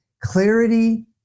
clarity